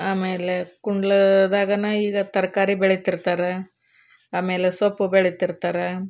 ಆಮೇಲೆ ಕುಂಡ್ಲದಾಗೆ ಈಗ ತರಕಾರಿ ಬೆಳೆತಿರ್ತಾರೆ ಆಮೇಲೆ ಸೊಪ್ಪು ಬೆಳೆತಿರ್ತಾರೆ